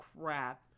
crap